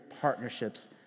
partnerships